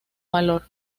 valor